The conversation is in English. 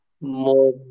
more